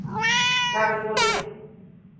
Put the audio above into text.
भागलपुर में